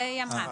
היא אמרה.